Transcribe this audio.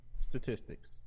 statistics